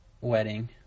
wedding